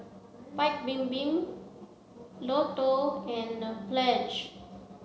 Paik Bibim Lotto and Pledge